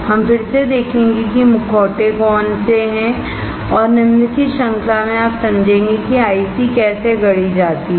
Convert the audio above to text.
हम फिर से देखेंगे कि मुखौटे कौन से हैं और निम्नलिखित श्रृंखला में आप समझेंगे कि आईसी कैसे गढ़ी जाती है